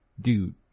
dude